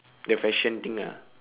the question thing ah